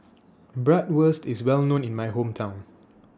Bratwurst IS Well known in My Hometown